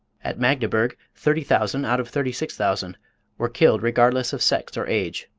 at magdeburg thirty thousand out of thirty six thousand were killed regardless of sex or age.